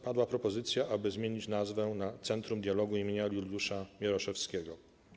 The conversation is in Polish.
Padła propozycja, aby zmienić nazwę na Centrum Dialogu im. Juliusza Jaroszewskiego.